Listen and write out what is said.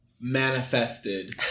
manifested